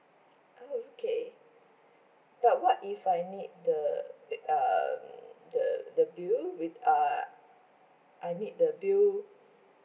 oh okay but what if I need the the um the the bill with err I need the bill